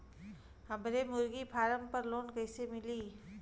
हमरे मुर्गी फार्म पर लोन कइसे मिली?